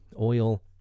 oil